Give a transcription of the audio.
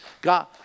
God